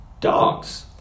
dogs